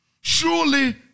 Surely